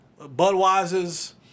Budweiser's